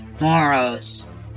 Moros